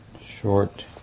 short